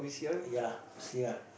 ya see ah